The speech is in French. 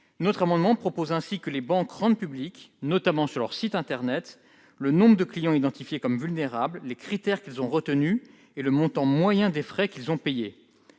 paiement. Nous proposons que les banques rendent publics, notamment sur leur site internet, le nombre de clients identifiés comme vulnérables, les critères qu'elles ont retenus et le montant moyen des frais qu'ils ont payés.